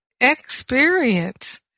experience